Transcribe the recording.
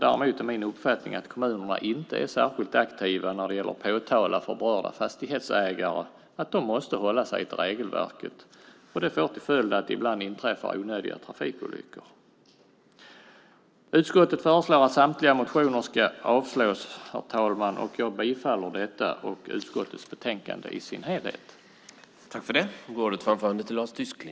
Däremot är min uppfattning att kommunerna inte är särskilt aktiva när det gäller att påtala för berörda fastighetsägare att de måste hålla sig till regelverket, vilket får till följd att det ibland inträffar onödiga trafikolyckor. Utskottet föreslår att samtliga motioner ska avslås. Jag bifaller detta och yrkar bifall till förslagen i utskottets betänkande.